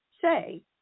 say